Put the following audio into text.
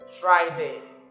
Friday